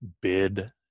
bid